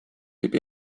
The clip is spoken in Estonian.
võib